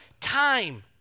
time